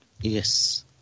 Yes